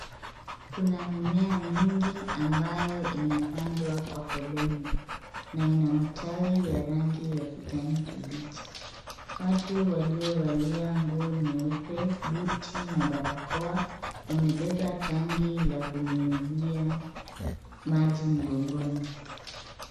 Kuna mimea mingi ambayo imepandwa kwa foleni na ina matawi ya rangi ya kijani kibichi. Watu waliovalia nguo nyeupe, buti na barakoa wamebeba tanki la kunyunyuzia maji mgongoni.